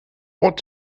what